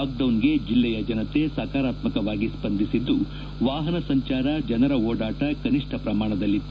ಲಾಕ್ಡೌನ್ಗೆ ಜಿಲ್ಲೆಯ ಜನತೆ ಸಕಾರಾತ್ಮವಾಗಿ ಸ್ವಂದಿಸಿದ್ದು ವಾಹನ ಸಂಚಾರ ಜನರ ಓಡಾಟ ಕನಿಷ್ಠ ಪ್ರಮಾಣದಲ್ಲಿತ್ತು